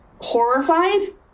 horrified